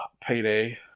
payday